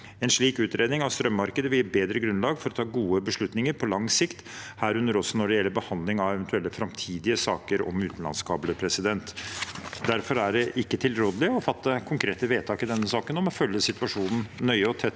En slik utredning av strømmarkedet vil gi bedre grunnlag for å ta gode beslutninger på lang sikt, herunder også når det gjelder behandling av eventuelle framtidige saker om utenlandskabler. Derfor er det ikke tilrådelig å fatte konkrete vedtak i denne saken, og vi må følge situasjonen nøye og tett